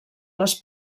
les